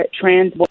trans